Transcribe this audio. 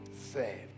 saved